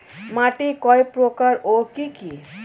মাটি কয় প্রকার ও কি কি?